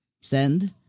send